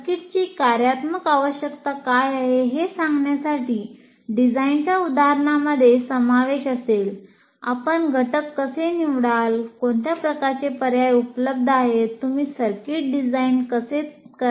सर्किटची कार्यात्मक आवश्यकता काय आहे हे सांगण्यासाठी डिझाइनच्या उदाहरणामध्ये समावेश असेल आपण घटक कसे निवडाल कोणत्या प्रकारचे पर्याय उपलब्ध आहेत तुम्ही सर्किट डिझाइन कसे करता